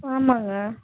ஆமாங்க